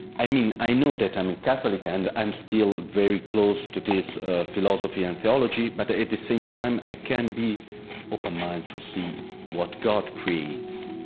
i mean, i know that i'm a catholic and i'm still very close to this philosophy and theology, but at the same time, i can be open mind to see what god creates